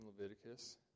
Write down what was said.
Leviticus